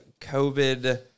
COVID